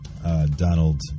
Donald